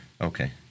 Okay